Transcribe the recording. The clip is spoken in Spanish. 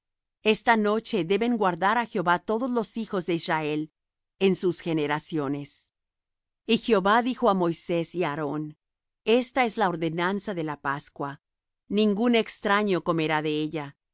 esta noche deben guardar á jehová todos los hijos de israel en sus generaciones y jehová dijo á moisés y á aarón esta es la ordenanza de la pascua ningún extraño comerá de ella